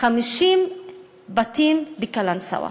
50 בתים בקלנסואה,